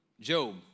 Job